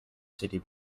city